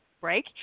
break